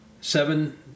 seven